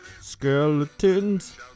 Skeletons